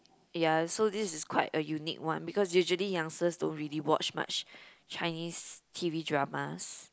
ya so this is quite a unique one because usually youngsters don't really watch much Chinese T_V dramas